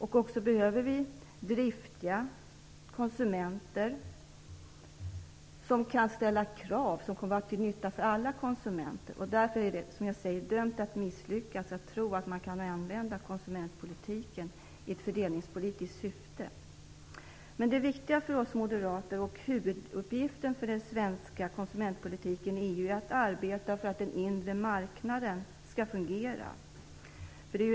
Vi behöver också driftiga konsumenter, som kan ställa krav som kommer att vara till nytta för alla konsumenter. Därför är det dömt att misslyckas att tro att man kan använda konsumentpolitiken i ett fördelningspolitiskt syfte. Men det viktiga för oss moderater och huvuduppgiften för den svenska konsumentpolitiken i EU är ju att arbeta för att den inre marknaden skall fungera.